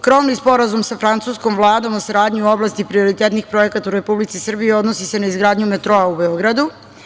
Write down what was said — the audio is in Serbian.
Krovni Sporazum sa francuskom Vladom o saradnji u oblasti prioritetnih projekata u Republici Srbiji odnosi se na izgradnju metroa u Beogradu.